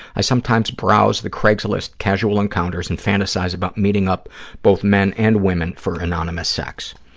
i sometimes browse the craigslist casual encounters and fantasize about meeting up both men and women for anonymous sex.